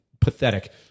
pathetic